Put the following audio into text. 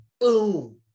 boom